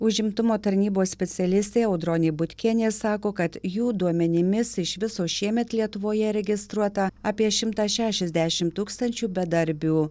užimtumo tarnybos specialistė audronė butkienė sako kad jų duomenimis iš viso šiemet lietuvoje registruota apie šimtą šešiasdešimt tūkstančių bedarbių